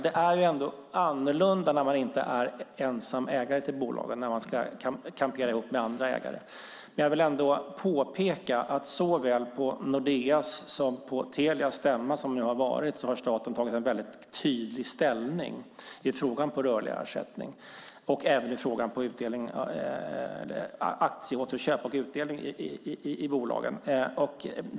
Det är annorlunda när staten inte är ensam ägare till bolagen utan kamperar ihop med andra ägare. Jag vill ändå påpeka att på såväl Nordeas som Telias stämmor som har varit har staten tagit tydlig ställning i frågan om rörliga ersättningar och även i frågan om aktieåterköp och utdelning i bolagen.